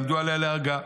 ועמדו עליה להורגה.